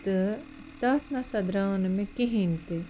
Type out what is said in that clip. تہٕ تَتھ نَہ سا درٛاو نہٕ مےٚ کِہیٖنۍ تہِ